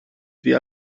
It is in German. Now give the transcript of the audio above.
wie